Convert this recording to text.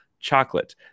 chocolate